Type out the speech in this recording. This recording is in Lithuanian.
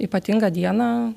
ypatingą dieną